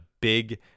big